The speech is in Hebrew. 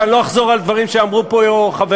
ואני לא אחזור על דברים שאמרו פה חברי,